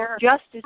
justice